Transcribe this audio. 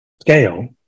scale